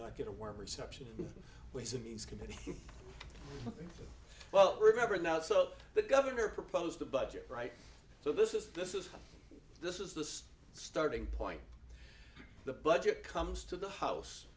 not get a warm reception ways and means committee well remember now so the governor proposed a budget right so this is this is this is the starting point the budget comes to the house